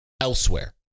elsewhere